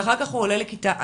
ואחר כך הוא עולה לכיתה א'